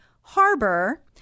harbor